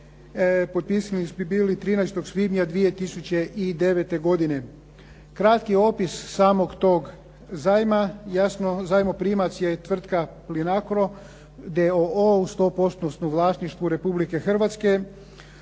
potpisani bi bili 13. svibnja 2009. godine. Kratki opis samog tog zajma, jasno zajmoprimac je tvrtka Plinacro d.o.o. u 100%-tnom vlasništvu Republike Hrvatske